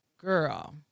Girl